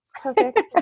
Perfect